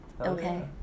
Okay